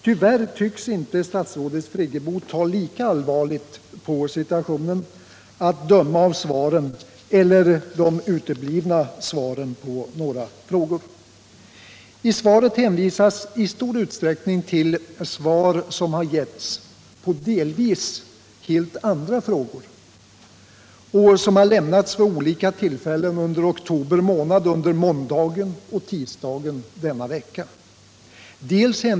Tyvärr tycks inte statsrådet Friggebo ta lika allvarligt på situationen, att döma av svaren eller de uteblivna svaren på några av frågorna. I svaret hänvisas i stor utsträckning till svar som har getts — delvis på helt andra frågor — vid olika tillfällen under oktober månad och under måndagen och tisdagen denna vecka.